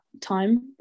time